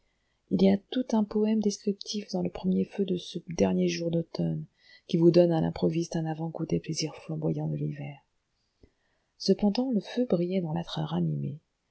il y a tout un poëme descriptif dans le premier feu de ce dernier jour d'automne qui vous donne à l'improviste un avant-goût des plaisirs flamboyants de l'hiver cependant le feu brillait dans